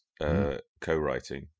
co-writing